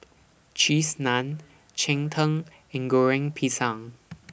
Cheese Naan Cheng Tng and Goreng Pisang